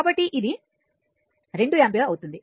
కాబట్టి ఇది 2 యాంపియర్ అవుతుంది